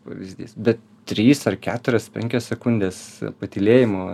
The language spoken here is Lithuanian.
pavyzdys bet trys ar keturios penkios sekundės patylėjimo